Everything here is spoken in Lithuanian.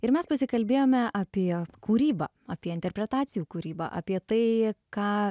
ir mes pasikalbėjome apie kūrybą apie interpretacijų kūrybą apie tai ką